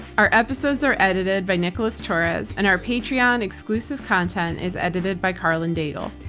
our episodes are edited by nicholas torres and our patreon exclusive content is edited by karlyn daigle.